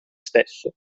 stesso